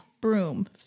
Broom